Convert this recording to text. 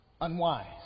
Unwise